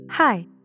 Hi